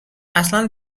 اصلا